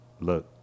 look